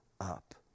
up